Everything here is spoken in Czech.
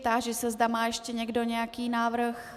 Táži se, zda má ještě někdo nějaký návrh.